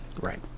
Right